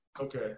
Okay